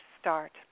start